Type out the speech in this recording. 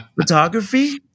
photography